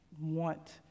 want